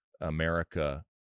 America